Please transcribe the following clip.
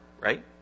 right